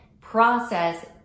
process